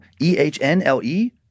E-H-N-L-E